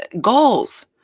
goals